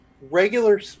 regular